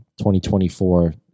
2024